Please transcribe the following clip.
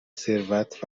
ثروت